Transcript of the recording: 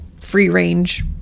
free-range